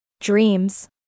Dreams